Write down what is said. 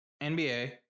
NBA